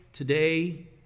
today